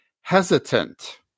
hesitant